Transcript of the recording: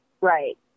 Right